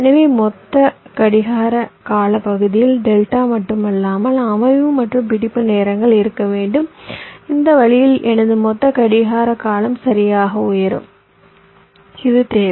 எனவே மொத்த கடிகார காலப்பகுதியில் டெல்டா மட்டுமல்லாமல் அமைவு மற்றும் பிடிப்பு நேரங்களும் இருக்க வேண்டும் இந்த வழியில் எனது மொத்த கடிகார காலம் சரியாக உயரும் இது தேவை